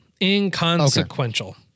inconsequential